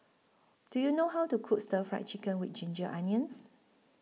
Do YOU know How to Cook Stir Fry Chicken with Ginger Onions